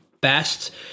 best